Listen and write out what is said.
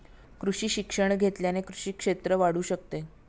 कृषी शिक्षण घेतल्याने कृषी क्षेत्र वाढू शकते